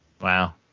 Wow